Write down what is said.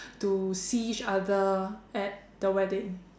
to see each other at the wedding